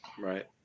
Right